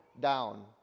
down